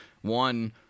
one